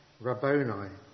Rabboni